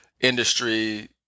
industry